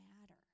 matter